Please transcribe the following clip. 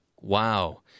Wow